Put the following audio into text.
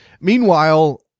Meanwhile